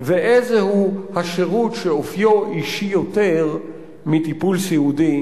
ואיזהו השירות שאופיו אישי יותר מטיפול סיעודי,